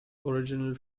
original